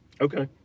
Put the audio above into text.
Okay